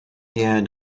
yeah